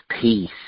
peace